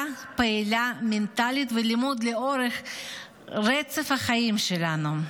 פעילה מנטלית ולימוד לאורך רצף החיים שלנו,